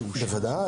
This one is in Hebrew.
בוודאי.